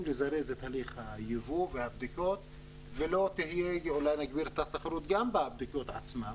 לזרז את הליך היבוא והבדיקות ואולי להגביר את התחרות גם בבדיקות עצמן